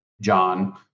John